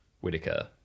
Whitaker